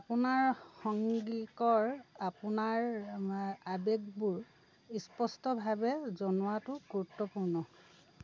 আপোনাৰ সংগীকৰ আপোনাৰ আৱেগবোৰ ইস্পষ্টভাৱে জনোৱাতো গুৰুত্বপূৰ্ণ